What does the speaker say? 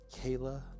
Kayla